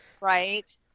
right